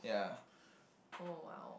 oh !wow!